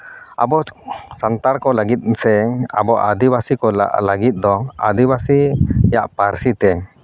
ᱟᱵᱚ ᱥᱟᱱᱛᱟᱲ ᱠᱚ ᱞᱟᱹᱜᱤᱫ ᱥᱮ ᱟᱵᱚ ᱟᱹᱫᱤᱵᱟᱹᱥᱤ ᱠᱚ ᱞᱟᱹᱜᱤᱫ ᱫᱚ ᱟᱹᱫᱤᱵᱟᱹᱥᱤᱭᱟᱜ ᱯᱟᱹᱨᱥᱤᱛᱮ